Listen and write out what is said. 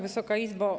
Wysoka Izbo!